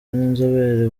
n’inzobere